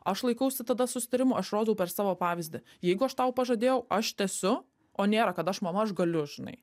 aš laikausi tada susitarimo aš rodau per savo pavyzdį jeigu aš tau pažadėjau aš tęsiu o nėra kad aš mama aš galiu žinai